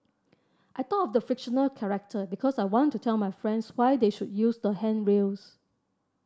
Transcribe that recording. I thought of the fictional character because I want to tell my friends why they should use the handrails